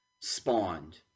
spawned